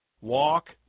walk